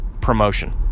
promotion